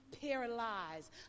paralyzed